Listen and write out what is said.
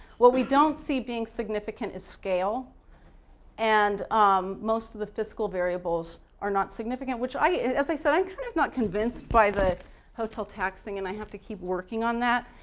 what we don't see being significant is scale and um most of the fiscal variables are not significant which i, as i said i'm kind of not convinced by the hotel tax thing and i have to keep working on that.